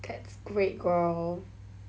that's great girl